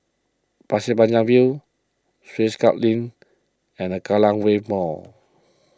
Pasir Panjang View Swiss Club Link and Kallang Wave Mall